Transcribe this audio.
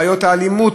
בעיות האלימות,